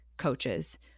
coaches